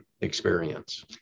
experience